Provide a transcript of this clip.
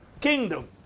kingdom